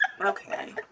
Okay